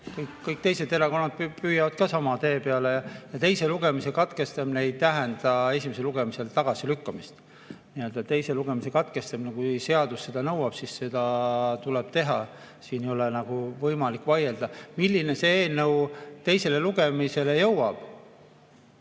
Kõik teised erakonnad püüavad sama tee peale saada. Teise lugemise katkestamine ei tähenda esimesel lugemisel tagasilükkamist. Teise lugemise katkestamine – kui seadus seda nõuab, seda tuleb teha. Siin ei ole võimalik vaielda. Millisena see eelnõu teisele lugemisele jõuab?